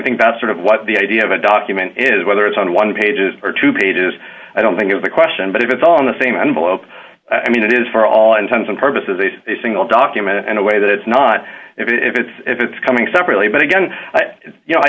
think that's sort of what the idea of a document is whether it's on one pages or two pages i don't think is the question but if it's on the same and below i mean it is for all intents and purposes a single document and a way that it's not if it's if it's coming separately but again you know i